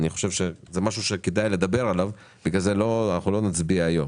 זה דבר שכדאי לדבר עליו ובגלל זה לא נצביע היום